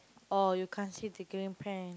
oh you can't see the green pant